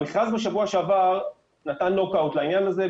המכרז בשבוע שעבר נתן לו את האות לעניין הזה.